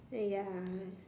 ya